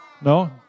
No